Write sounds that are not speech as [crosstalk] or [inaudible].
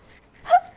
[laughs]